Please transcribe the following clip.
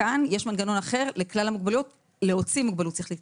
כאן יש מנגנון אחר לכלל המוגבלויות להוציא מוגבלות שכלית.